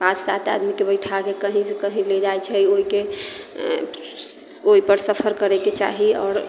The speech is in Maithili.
पाँच सात आदमीकेँ बैठा कऽ कहीँसँ कहीँ लऽ जाइत छै ओहिके ओहि ओहिपर सफर करयके चाही आओर